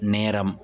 நேரம்